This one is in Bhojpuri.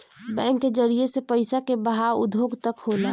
बैंक के जरिए से पइसा के बहाव उद्योग तक होला